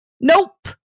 nope